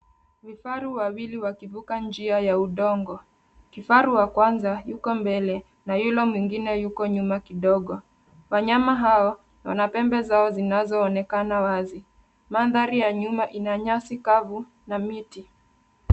Vifaru wawili wakivuka njia ya udongo. Kifaru wa kwanza yuko mbele na yule mwingine yuko nyuma kidogo. Wanyama hao wana pembe zao zinazoonekana wazi. Mandhari ya nyuma ina nyasi kavu na miti.